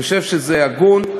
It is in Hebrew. אני חושב שזה הגון,